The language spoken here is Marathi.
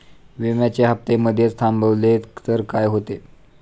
विम्याचे हफ्ते मधेच थांबवले तर काय होते?